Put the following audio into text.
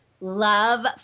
love